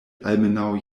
almenaŭ